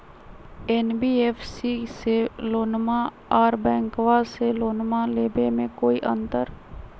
NBFC से लोनमा आर बैंकबा से लोनमा ले बे में कोइ अंतर?